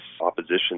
opposition